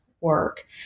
work